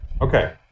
Okay